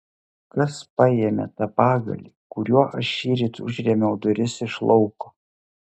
kas paėmė tą pagalį kuriuo aš šįryt užrėmiau duris iš lauko